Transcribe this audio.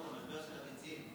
משבר של הביצים,